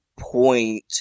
point